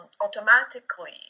automatically